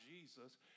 Jesus